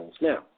Now